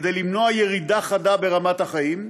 כדי למנוע ירידה חדה ברמת החיים,